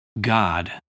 God